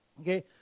Okay